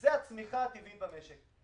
זו הצמיחה הטבעית במשק.